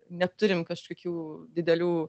neturim kažkokių didelių